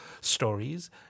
stories